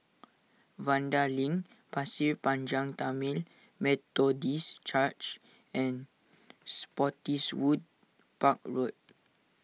Vanda Link Pasir Panjang Tamil Methodist Church and Spottiswoode Park Road